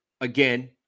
again